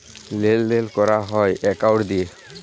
লেলদেল ক্যরা হ্যয় যে একাউল্ট দিঁয়ে